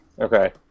Okay